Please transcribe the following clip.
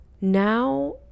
Now